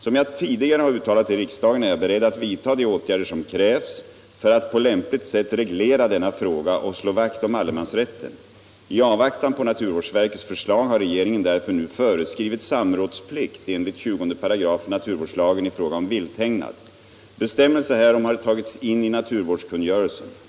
Som jag tidigare har uttalat i riksdagen är jag beredd att vidta de åtgärder som krävs för att på lämpligt sätt reglera denna fråga och slå vakt om allemansrätten. I avvaktan på naturvårdsverkets förslag har regeringen därför nu föreskrivit samrådsplikt enligt 20 § naturvårdslagen i fråga om vilthägnad. Bestämmelse härom har tagits in i naturvårdskungörelsen.